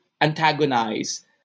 antagonize